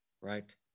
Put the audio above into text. Right